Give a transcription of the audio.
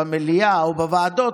במליאה או בוועדות,